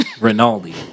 rinaldi